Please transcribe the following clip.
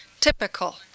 typical